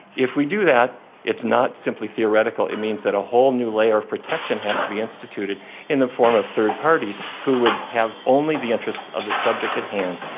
if we do that it's not simply theoretical, it means that a whole new layer of protection has to be instituted in the form of third parties who would have only the interests of the subject at hand.